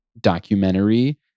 documentary